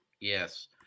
Yes